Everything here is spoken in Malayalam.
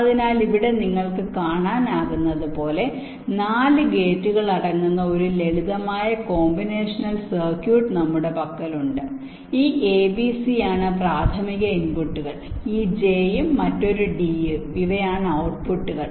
അതിനാൽ ഇവിടെ നിങ്ങൾക്ക് കാണാനാകുന്നതുപോലെ 4 ഗേറ്റുകൾ അടങ്ങുന്ന ഒരു ലളിതമായ കോമ്പിനേഷണൽ സർക്യൂട്ട് നമ്മുടെ പക്കലുണ്ട് ഈ ABCയാണ് പ്രാഥമിക ഇൻപുട്ടുകൾ ഈ Jയും മറ്റൊരു D യും ഇവയാണ് ഔട്ട്പുട്ടുകൾ